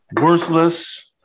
Worthless